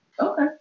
okay